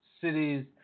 cities